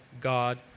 God